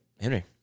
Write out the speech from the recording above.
Henry